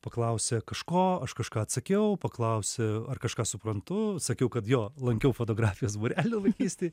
paklausė kažko aš kažką atsakiau paklausė ar kažką suprantu sakiau kad jo lankiau fotografijos būrelį vaikystėj